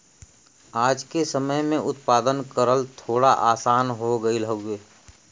आज के समय में उत्पादन करल थोड़ा आसान हो गयल हउवे